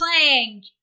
playing